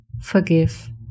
forgive